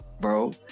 bro